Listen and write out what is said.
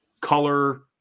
color